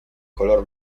color